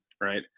right